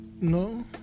No